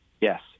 Yes